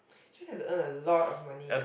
she has earn a lot of money